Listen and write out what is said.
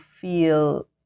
feel